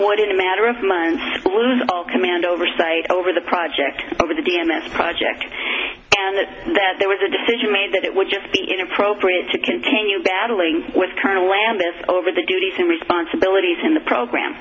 want in a matter of months lose all command oversight over the project over the d m s project and that there was a decision made that it would just be inappropriate to continue battling with colonel lamis over the duties and responsibilities in the program